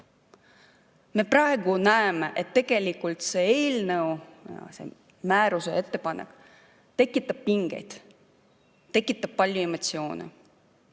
Me praegu näeme, et tegelikult see eelnõu, see määruse ettepanek tekitab pingeid, tekitab palju emotsioone.